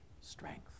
strength